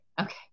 Okay